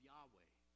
Yahweh